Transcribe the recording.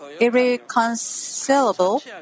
irreconcilable